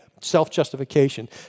self-justification